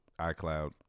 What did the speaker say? icloud